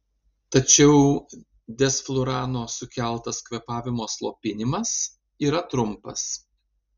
tačiau desflurano sukeltas kvėpavimo slopinimas yra trumpas